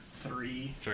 Three